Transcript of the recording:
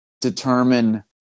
determine